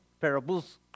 parables